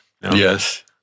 Yes